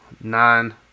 nine